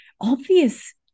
obvious